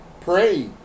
Pray